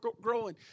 growing